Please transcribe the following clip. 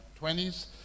20s